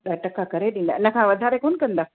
ॾह टका करे ॾींदा इन खां वधारे कोन कंदा